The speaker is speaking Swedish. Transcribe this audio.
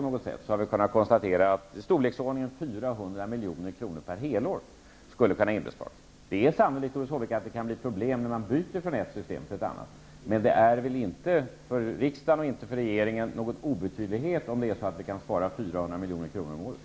Vi har då kunnat konstatera att det skulle kunna inbesparas i storleksordningen 400 Det kan sannolikt bli problem när man byter från ett system till ett annat. Men det är för riksdagen och regeringen inte någon obetydlighet att vi kan spara 400 milj.kr. om året.